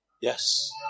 Yes